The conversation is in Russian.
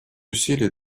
усилий